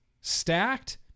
stacked